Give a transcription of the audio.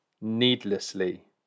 needlessly